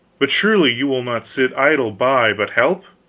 but surely you will not sit idle by, but help?